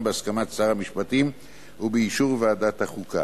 בהסכמת שר המשפטים ובאישור ועדת החוקה.